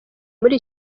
muri